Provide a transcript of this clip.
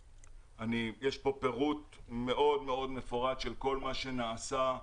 יש פה פירוט מאוד-מאוד מפורט של כל מה שנעשה,